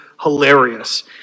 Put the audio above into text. hilarious